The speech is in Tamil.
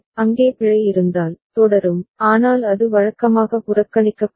அங்கே பிழை இருந்தால் தொடரும் ஆனால் அது வழக்கமாக புறக்கணிக்கப்படும்